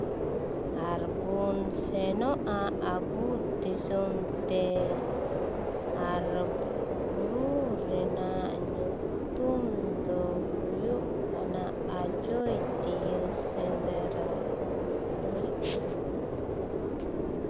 ᱟᱨ ᱵᱚᱱ ᱥᱮᱱᱚᱜᱼᱟ ᱟᱵᱚ ᱫᱤᱥᱚᱢ ᱛᱮ ᱟᱨ ᱵᱩᱨᱩ ᱨᱮᱱᱟᱜ ᱧᱩᱛᱩᱢ ᱫᱚ ᱦᱩᱭᱩᱜ ᱠᱟᱱᱟ ᱟᱡᱳᱭᱫᱤᱭᱟᱹ ᱥᱮᱸᱫᱽᱨᱟ ᱛᱚ ᱦᱩᱭᱩᱜ ᱠᱟᱱ ᱛᱤᱧᱟᱹ ᱥᱮᱵᱟᱝ